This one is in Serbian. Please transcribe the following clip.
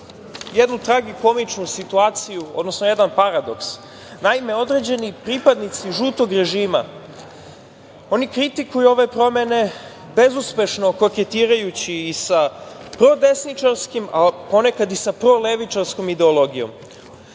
jednu tragikomičnu situaciju, odnosno jedan paradoks. Naime, određeni pripadnici žutog režima kritikuju ove promene bezuspešno koketirajući i sa prodesničarskim, a ponekad i sa prolevičarskom ideologijom,